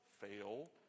fail